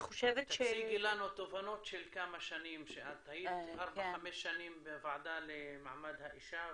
תציגי לנו תובנות של כמה שנים שאת היית בוועדה למעמד האישה.